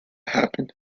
happen